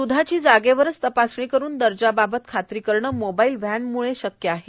द्धाची जागेवर तपासणी करुन द्धाच्या दर्जाबाबत खात्री करणं मोबाईल व्हॅनम्ळे शक्य आहे